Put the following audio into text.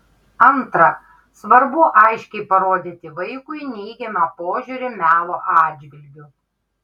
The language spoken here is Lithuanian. antra svarbu aiškiai parodyti vaikui neigiamą požiūrį melo atžvilgiu